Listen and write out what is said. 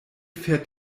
fährt